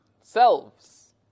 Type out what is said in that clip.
selves